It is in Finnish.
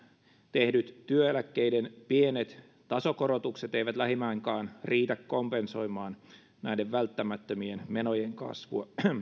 tehdyt työeläkkeiden pienet tasokorotukset eivät lähimainkaan riitä kompensoimaan näiden välttämättömien menojen kasvua